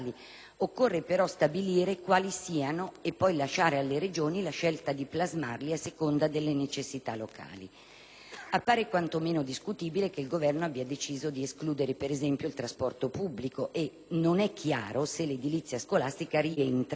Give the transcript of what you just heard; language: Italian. occorre stabilire quali siano e poi lasciare alle Regioni la scelta di plasmarli a seconda delle necessità locali. Appare quantomeno discutibile che il Governo abbia deciso di escludere il trasporto pubblico e che non sia chiaro se l'edilizia scolastica rientri